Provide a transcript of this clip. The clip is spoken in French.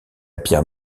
pierre